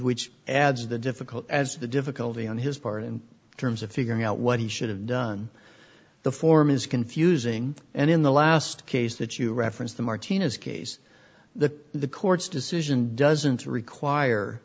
which adds the difficult as to the difficulty on his part in terms of figuring out what he should have done the form is confusing and in the last case that you reference the martinez case that the court's decision doesn't require